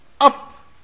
up